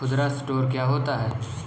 खुदरा स्टोर क्या होता है?